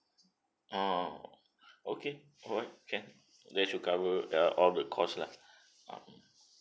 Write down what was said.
ah okay alright can that should cover uh all the cost lah